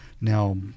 Now